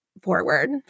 forward